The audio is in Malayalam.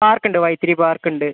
പാർക്കുണ്ട് വൈത്തിരി പാർക്കുണ്ട്